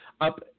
up